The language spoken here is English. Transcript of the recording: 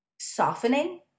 softening